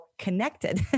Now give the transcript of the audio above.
connected